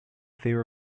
fear